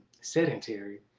sedentary